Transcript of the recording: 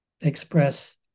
express